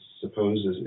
suppose